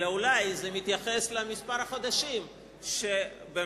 אלא אולי זה מתייחס למספר החודשים שבמסגרת